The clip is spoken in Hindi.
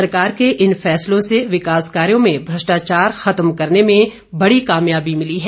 सरकार के इन फैसलों से विकास कार्यो में भ्रष्टाचार खत्म करने में बड़ी कामयाबी मिली है